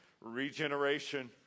Regeneration